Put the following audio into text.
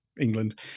England